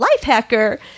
Lifehacker